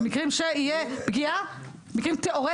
למקרים שיהיה פגיעה, מקרים תיאורטיים.